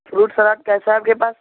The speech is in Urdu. فروٹ سر آپ کیسا ہے آپ کے پاس